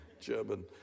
German